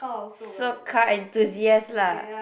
so car enthusiast lah